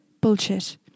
Bullshit